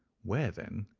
where, then,